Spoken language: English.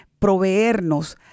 proveernos